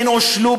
ונושלו,